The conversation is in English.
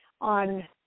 on